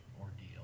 ordeal